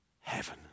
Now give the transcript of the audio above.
heaven